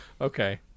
okay